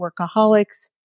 workaholics